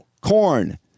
corn